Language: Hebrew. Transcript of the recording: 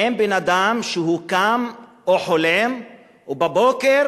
אין אדם שקם או חולם ובבוקר